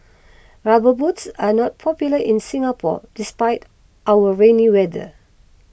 rubber boots are not popular in Singapore despite our rainy weather